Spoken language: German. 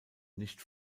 nicht